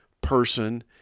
person